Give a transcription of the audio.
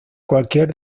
cualquier